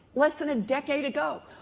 less than a decade ago,